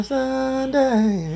Sunday